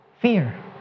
Fear